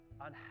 on